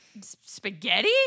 spaghetti